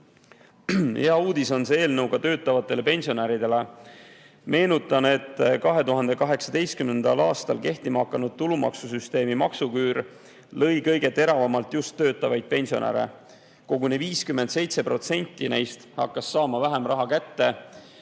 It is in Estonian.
Hea uudis on see eelnõu ka töötavatele pensionäridele. Meenutan, et 2018. aastal kehtima hakanud tulumaksusüsteemi maksuküür lõi kõige teravamalt just töötavaid pensionäre. Koguni 57% neist hakkas saama vähem raha kätte